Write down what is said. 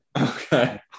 Okay